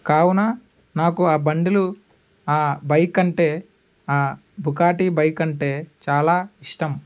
కావున నాకు ఆ బండిలు ఆ బైక్ అంటే ఆ డుకాటి బైక్ అంటే చాలా ఇష్టం